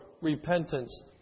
repentance